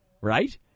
right